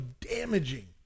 damaging